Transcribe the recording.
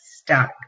stuck